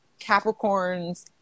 Capricorns